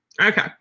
Okay